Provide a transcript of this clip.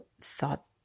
thought